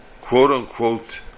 quote-unquote